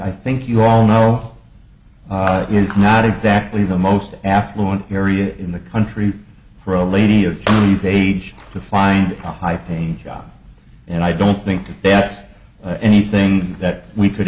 i think you all know is not exactly the most affluent area in the country for a lady of these age to find a high paying job and i don't think that anything that we could